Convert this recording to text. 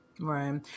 Right